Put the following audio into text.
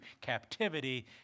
captivity